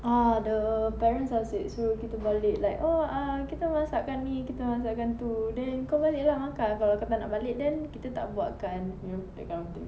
orh the parents asyik suruh kita balik like oh ah kita masakkan ni kita masakkan tu then kau balik lah makan kalau kau tak nak balik then kita tak buat kan you know that kind of thing